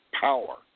power